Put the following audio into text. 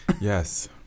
Yes